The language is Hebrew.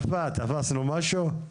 כלפה, תפסנו משהו?